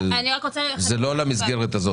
לא למסגרת הזאת.